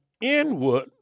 inward